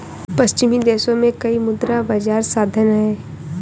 पश्चिमी देशों में कई मुद्रा बाजार साधन हैं